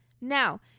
Now